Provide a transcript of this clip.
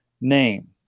name